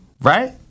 right